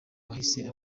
wahise